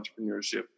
entrepreneurship